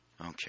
Okay